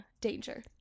danger